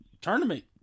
tournament